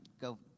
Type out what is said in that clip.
go